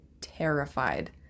terrified